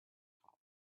top